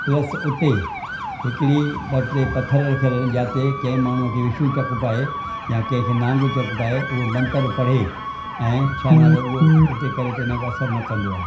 plus उते हिकिड़ी ॿ टे पथर रखियल आहिनि जिते के माण्हू खे विछू चकु पाए या कंहिंखे नांगु चकु पाइ उहो मंतरु पढ़े ऐं छा नालो उहो हुते करे त हुनखे असरु न कंदो आहे